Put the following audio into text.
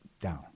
down